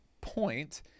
point